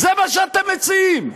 זה מה שאתם מציעים?